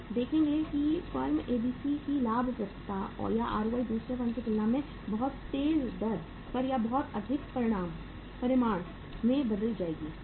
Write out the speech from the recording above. हम देखेंगे कि फ़र्म एबीसी में लाभप्रदता या आरओआई दूसरी फ़र्म की तुलना में बहुत तेज़ दर पर या बहुत अधिक परिमाण में बदले जाएंगे